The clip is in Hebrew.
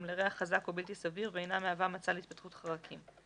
לריח חזק או בלתי סביר ואינה מהווה מצע להתפתחות חרקים.